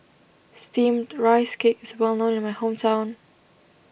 Steamed Rice Cake is well known in my hometown